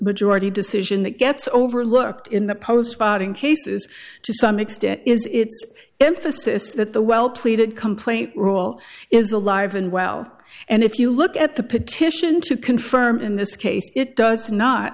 majority decision that gets overlooked in the post spotting cases to some extent is its emphasis that the well pleaded complaint rule is alive and well and if you look at the petition to confirm in this case it does not